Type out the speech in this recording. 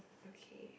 okay